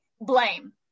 blame